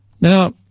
Now